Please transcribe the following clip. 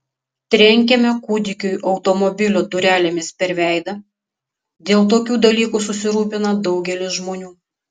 trenkėme kūdikiui automobilio durelėmis per veidą dėl tokių dalykų susirūpina daugelis žmonių